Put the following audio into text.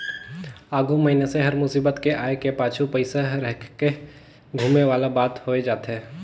आघु मइनसे हर मुसीबत के आय के पाछू पइसा रहिके धुमे वाला बात होए जाथे